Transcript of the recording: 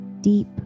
deep